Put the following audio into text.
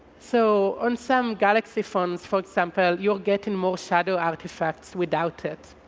so on some galaxy phones, for example, you will get and more shadow artifacts without it